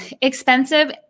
expensive